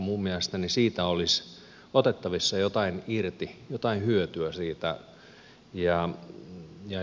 minun mielestäni siitä olisi otettavissa jotain irti jotain hyötyä siitä